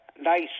nice